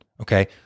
okay